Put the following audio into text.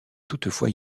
toutefois